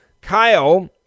Kyle